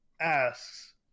asks